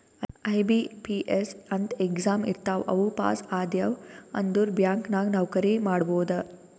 IBPS ಅಂತ್ exam ಇರ್ತಾವ್ ಅವು ಪಾಸ್ ಆದ್ಯವ್ ಅಂದುರ್ ಬ್ಯಾಂಕ್ ನಾಗ್ ನೌಕರಿ ಮಾಡ್ಬೋದ